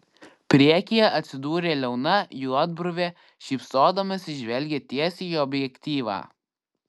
priekyje atsidūrė liauna juodbruvė šypsodamasi žvelgė tiesiai į objektyvą